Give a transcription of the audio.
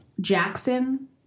Jackson